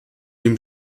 dem